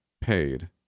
paid